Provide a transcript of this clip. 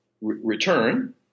return